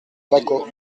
baquo